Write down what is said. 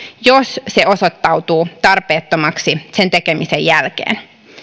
jos se osoittautuu tarpeettomaksi sen tekemisen jälkeen